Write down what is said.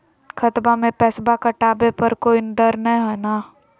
खतबा से पैसबा कटाबे पर कोइ डर नय हय ना?